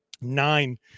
nine